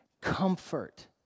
comfort